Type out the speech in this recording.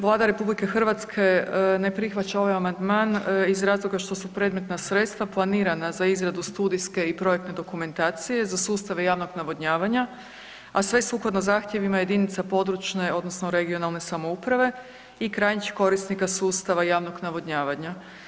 Vlada RH ne prihvaća ovaj amandman iz razloga što su predmetna sredstva planirana za izradu studijske i projektne dokumentacije za sustave javnog navodnjavanja, a sve sukladno zahtjevima jedinica područne odnosno regionalne samouprave i krajnjih korisnika sustava javnog navodnjavanja.